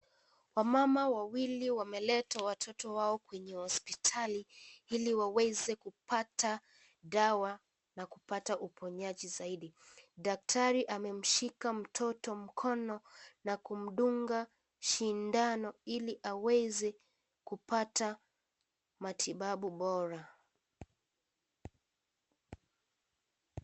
Wamama wawili wameleta watoto wao kwenye hospitali, ili waweze kupata dawa, na kupata uponyaji saidi, daktari amemshika mtoto mkono, nakumdunga, shindano, ili aweze, kupata, matibabu bora.